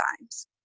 times